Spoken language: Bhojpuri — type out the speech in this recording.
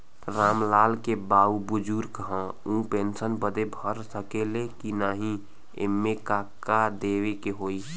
राम लाल के बाऊ बुजुर्ग ह ऊ पेंशन बदे भर सके ले की नाही एमे का का देवे के होई?